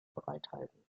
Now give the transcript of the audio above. bereithalten